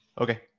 Okay